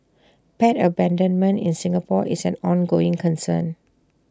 pet abandonment in Singapore is an ongoing concern